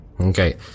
Okay